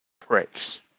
pricks